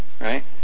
right